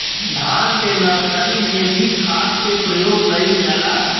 धान के नर्सरी में भी खाद के प्रयोग कइल जाला?